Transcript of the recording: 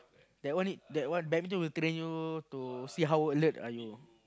that one need that one badminton will train you to see how alert are you